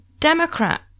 Democrat